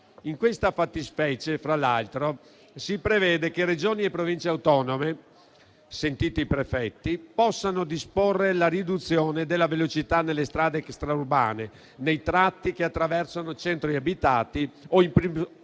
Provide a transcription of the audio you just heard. In questa fattispecie, fra l'altro, si prevede che Regioni e Province autonome, sentiti i prefetti, possano disporre la riduzione della velocità nelle strade extraurbane, nei tratti che attraversano centri abitati o in prossimità